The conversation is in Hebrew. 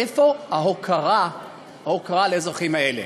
איפה ההוקרה לאזרחים האלה?